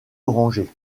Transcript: orangé